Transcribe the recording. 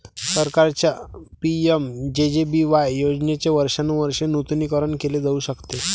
सरकारच्या पि.एम.जे.जे.बी.वाय योजनेचे वर्षानुवर्षे नूतनीकरण केले जाऊ शकते